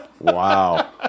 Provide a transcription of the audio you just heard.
Wow